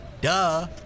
duh